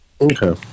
okay